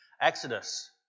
Exodus